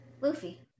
Luffy